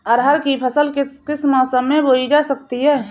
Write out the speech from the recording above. अरहर की फसल किस किस मौसम में बोई जा सकती है?